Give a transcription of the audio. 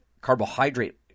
carbohydrate